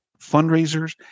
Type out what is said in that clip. fundraisers